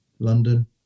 london